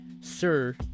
Sir